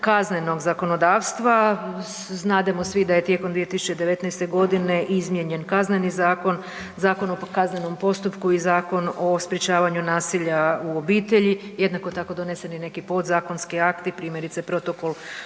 kaznenog zakonodavstva, znademo svi da je tijekom 2019. g. izmijenjen Kazneni zakon, Zakon o kaznenom postupku i Zakon o sprječavanju nasilja u obitelji. Jednako tako, donesen je neki podzakonski akti, primjerice, Protokol o